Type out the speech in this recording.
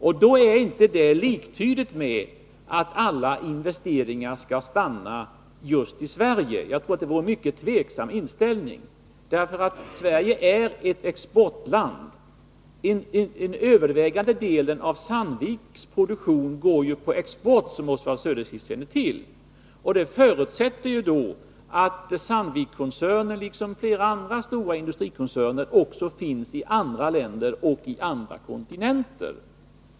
Detta är inte liktydigt med att alla investeringar skall ske just i Sverige. Jag tror att detta är en mycket tvivelaktig inställning. Sverige är ett exportland. Den övervägande delen av Sandviks produktion går ju på export, som Oswald Söderqvist känner till. Det förutsätter att Sandvikskoncernen — liksom flera andra stora industrikoncerner — finns också i andra länder och på andra kontinenter.